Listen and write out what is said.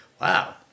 wow